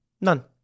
none